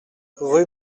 rue